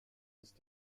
ist